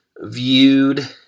viewed